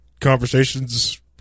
conversations